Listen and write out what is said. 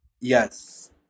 yes